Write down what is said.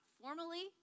formally